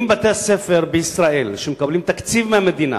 אם בתי-הספר בישראל, שמקבלים תקציב מהמדינה,